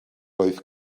oedd